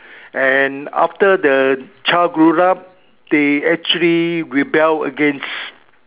and after the child grown up they actually rebel against